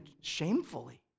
shamefully